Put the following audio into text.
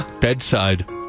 bedside